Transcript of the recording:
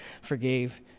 forgave